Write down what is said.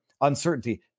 uncertainty